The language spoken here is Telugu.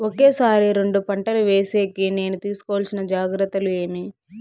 ఒకే సారి రెండు పంటలు వేసేకి నేను తీసుకోవాల్సిన జాగ్రత్తలు ఏమి?